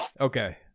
Okay